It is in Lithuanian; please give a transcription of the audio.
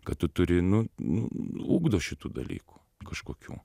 kad tu turi nu nu ugdo šitų dalykų kažkokių